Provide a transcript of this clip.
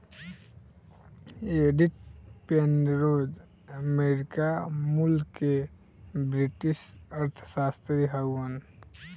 Edith Penrose America मूल के British अर्थशास्त्री हउवन